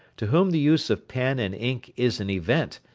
to whom the use of pen and ink is an event,